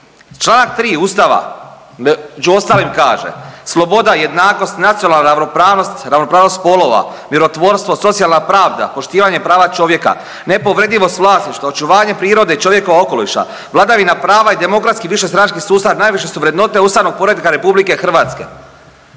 Čl. 3. Ustava među ostalim kaže: „Sloboda, jednakost, nacionalna ravnopravnost, ravnopravnost spolova, mirotvorstvo, socijalna pravda, poštivanje prava čovjeka, nepovredivost vlasništva, očuvanje prirode i čovjekova okoliša, vladavina prava i demokratski višestranački sustav najviše su vrednote ustavnog poretka RH“, vrlo